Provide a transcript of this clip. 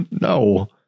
No